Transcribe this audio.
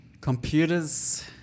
Computers